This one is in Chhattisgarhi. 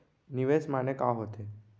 निवेश माने का होथे?